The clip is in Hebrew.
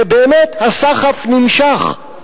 ובאמת, הסחף נמשך.